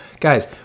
Guys